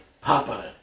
Papa